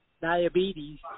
diabetes